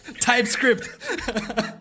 TypeScript